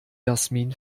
jasmin